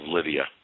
Lydia